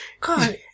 God